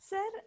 Sir